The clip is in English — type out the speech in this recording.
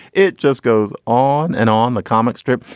it just goes on and on the comic strip.